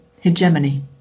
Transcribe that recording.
hegemony